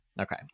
Okay